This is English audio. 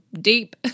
deep